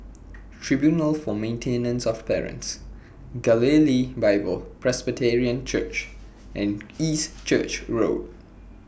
Tribunal For Maintenance of Parents Galilee Bible Presbyterian Church and East Church Road